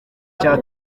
cya